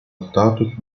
status